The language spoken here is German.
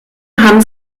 haben